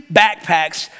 backpacks